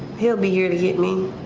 he'll be here to get me.